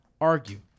argue